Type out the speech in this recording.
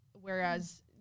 Whereas